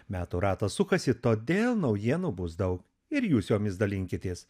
metų ratas sukasi todėl naujienų bus daug ir jūs jomis dalinkitės